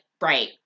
Right